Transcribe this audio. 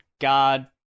God